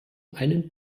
einen